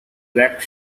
black